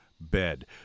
bed